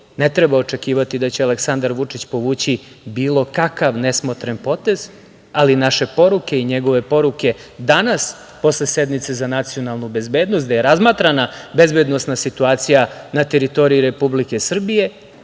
Ne treba očekivati da će Aleksandar Vučić povući bilo kakav nesmotren potez, ali naše poruke i njegove poruke danas posle sednice za nacionalnu bezbednost, gde je razmatrana bezbednosna situacija na teritoriji Republike Srbije,